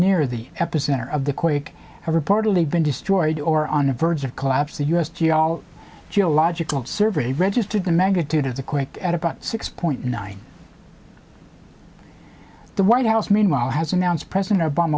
near the epicenter of the quake have reportedly been destroyed or on the verge of collapse the u s g a all geological survey registered the magnitude of the quick at about six point nine the white house meanwhile has announced president o